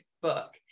book